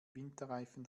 winterreifen